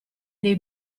dei